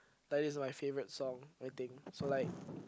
that is my favourite song I think so like